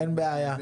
אין בעיה.